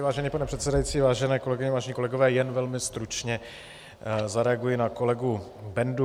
Vážený pane předsedající, vážené kolegyně, vážení kolegové, jen velmi stručně zareaguji na kolegu Bendu.